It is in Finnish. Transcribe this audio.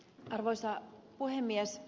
arvoisa puhemies